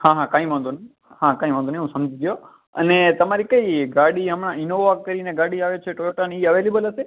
હા હા કાંઈ વાંધો નહીં હા કાંઈ વાંધો નહીં હું સમજી ગયો અને તમારી કઈ ગાડી હમણાં ઈનોવા કરી ને એક ગાડી આવે છે ટોયોટાની એ અવેલેબલ હશે